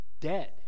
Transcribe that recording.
dead